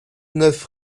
neuf